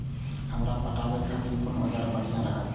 हमरा पटावे खातिर कोन औजार बढ़िया रहते?